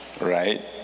Right